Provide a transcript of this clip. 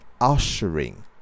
ushering